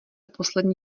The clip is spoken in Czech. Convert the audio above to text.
poslední